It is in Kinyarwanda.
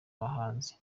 abahanzi